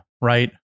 right